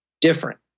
different